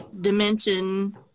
dimension